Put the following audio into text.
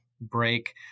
break